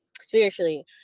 spiritually